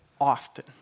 often